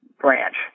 branch